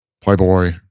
Playboy